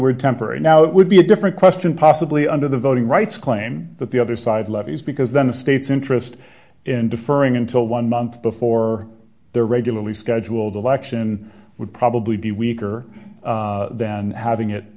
word temporary now it would be a different question possibly under the voting rights claim that the other side levies because then the state's interest in deferring until one month before the regularly scheduled election would probably be weaker than having it